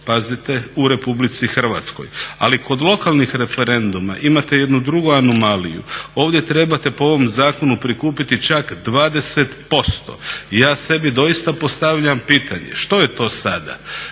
pazite u Republici Hrvatskoj, ali kod lokalnih referenduma imate jednu drugu anomaliju. Ovdje trebate po ovom zakonu prikupiti čak 20%. Ja sebi doista postavljam pitanje što je to sada,